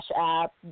App